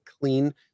Clean